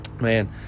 man